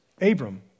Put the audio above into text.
Abram